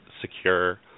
secure